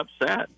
upset